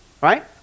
right